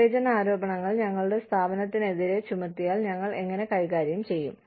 വിവേചന ആരോപണങ്ങൾ ഞങ്ങളുടെ സ്ഥാപനത്തിനെതിരെ ചുമത്തിയാൽ ഞങ്ങൾ എങ്ങനെ കൈകാര്യം ചെയ്യും